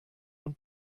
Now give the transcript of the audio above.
und